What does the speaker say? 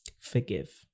forgive